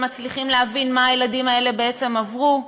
מצליחים להבין מה הילדים האלה בעצם עברו.